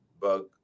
bug